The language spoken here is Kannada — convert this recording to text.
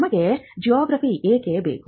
ನಮಗೆ ಜಿಐ ಏಕೆ ಬೇಕು